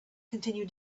continue